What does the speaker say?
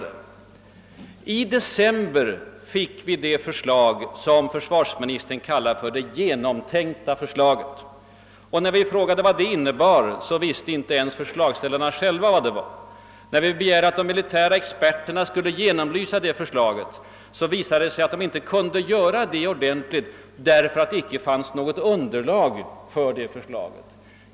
Den 1 december 1967 fick vi det förslag som försvarsministern kallade det »genomtänkta» förslaget. När vi frågade vad det innebar, visste inte ens förslagsställarna själva detta. Och när vi begärde att de militära experterna skulle genomlysa förslaget, visade det sig att de inte kunde göra det ordentligt därför att det inte fanns något underlag för det.